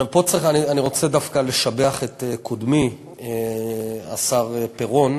אני רוצה דווקא לשבח את קודמי, השר פירון,